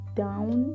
down